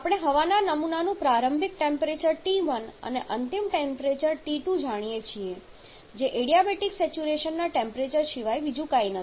આપણે હવાના નમૂનાનું પ્રારંભિક ટેમ્પરેચર T1 અને અંતિમ ટેમ્પરેચર T2 જાણીએ છીએ જે એડીયાબેટિક સેચ્યુરેશનના ટેમ્પરેચર સિવાય બીજું કંઈ નથી